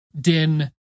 Din